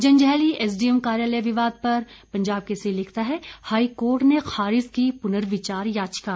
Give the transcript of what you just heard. Janjehli SDM कार्यालय विवाद पर पंजाब केसरी लिखता है हाईकोर्ट ने खारिज की पुर्नविचार याचिका